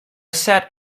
sat